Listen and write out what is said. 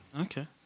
Okay